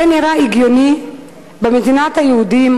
זה נראה הגיוני במדינת היהודים,